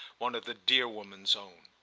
one of the dear woman's own.